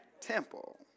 temple